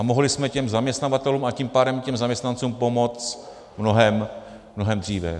Mohli jsme těm zaměstnavatelům, a tím pádem i zaměstnancům pomoct mnohem dříve.